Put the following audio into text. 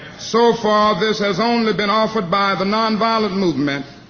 so far, this has only been offered by the nonviolent movement.